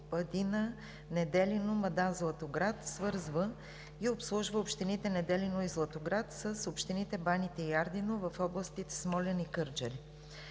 Падина – Неделино – Мадан – Златоград свързва и обслужва общините Неделино и Златоград с общините Баните и Ардино в областите Смолян и Кърджали.